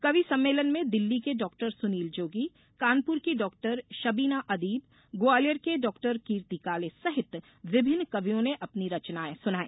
कवि सम्मेलन में दिल्ली के डॉ सुनील जोगी कानपुर की डॉ शबीना अदीब ग्वालियर के डॉ कीर्ति काले सहित विभिन्न कवियों ने अपनी रचनाएँ सुनाई